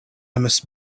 must